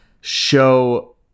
show